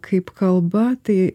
kaip kalba tai